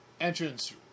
entrance